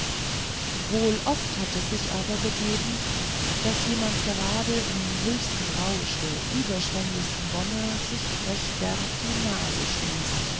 wohl oft hat es sich aber begeben daß jemand gerade im höchsten rausch der überschwenglichsten wonne sich recht derb die nase stieß